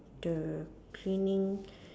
the cleaning